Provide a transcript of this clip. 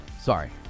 sorry